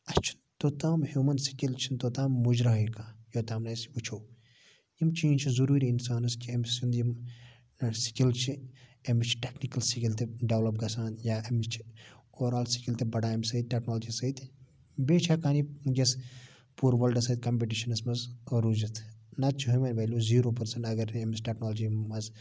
اسہِ چھُ توٚتام ہیٚومَن سکِل چھُنہٕ توٚتام مُجراہٕے کانٛہہ یوٚتام نہٕ أسۍ وٕچھو یِم چینٛج چھِ ضروٗری اِنسانَس کہِ أمۍ سُنٛد یہِ سکل چھ أمس چھ ٹیٚکنِکَل سکل تہِ ڈیولَپ گَژھان یا أمس چھِ اُوَر آل سکل تہِ بَڑان امہِ سۭتۍ ٹیٚکنالجی سۭتۍ بیٚیہِ چھِ ہیٚکان یہِ یۄس پوٗرٕ وٲلڑَس سۭتۍ کَمپِٹشَنَس مَنٛز روٗزِتھ نَتہٕ چھُ ہیٚومَن ویٚلِو زیٖرو پٔرسنٹ اَگَرے أمس ٹیٚکنالجی مَنٛز